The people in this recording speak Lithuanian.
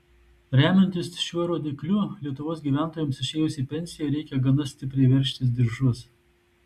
remiantis šiuo rodikliu lietuvos gyventojams išėjus į pensiją reikia gana stipriai veržtis diržus